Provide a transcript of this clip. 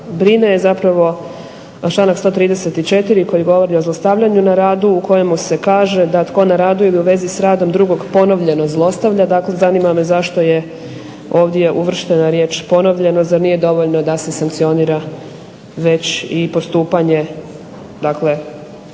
brine je zapravo članak 134. koji govori o zlostavljanju na radu u kojemu se kaže da tko na radu ili u vezi s radom drugog ponovljeno zlostavlja dakle zanima me zašto je ovdje uvrštena riječ ponovljeno zar nije dovoljno da se sankcionira već i postupanje dakle